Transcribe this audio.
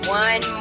one